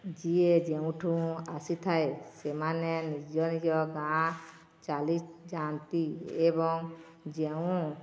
ଯିଏ ଯେଉଁଠୁ ଆସିଥାଏ ସେମାନେ ନିଜ ନିଜ ଗାଁ ଚାଲିଯାଆନ୍ତି ଏବଂ ଯେଉଁ